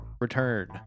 return